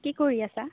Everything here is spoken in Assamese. কি কৰি আছা